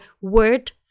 word